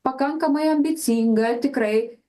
pakankamai ambicinga tikrai